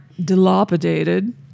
dilapidated